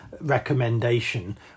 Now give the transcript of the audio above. recommendation